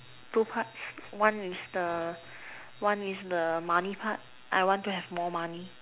two parts one is the one is the money part I want to have more money